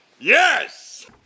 Yes